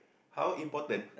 how important